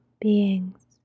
beings